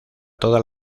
todas